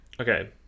Okay